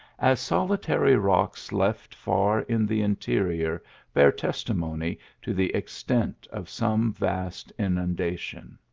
s solitary rocks left far in the interior bear testi mony to the extent of some vast inundation.